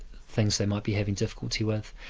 things they might be having difficulty with,